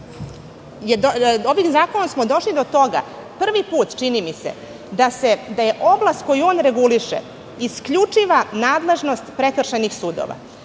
ovim zakonom došli do toga, prvi put, čini mi se, da je oblast koju on reguliše isključiva nadležnost prekršajnih sudova.